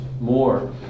more